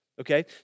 okay